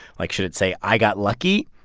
like, should it say, i got lucky?